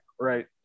right